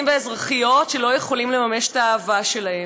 ואזרחיות שלא יכולים לממש את האהבה שלהם.